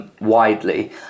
widely